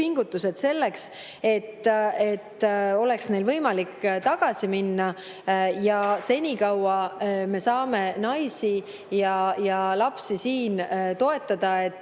selleks, et neil oleks võimalik tagasi minna. Senikaua me saame naisi ja lapsi siin toetada, et